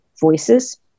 voices